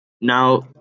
Now